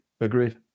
agreed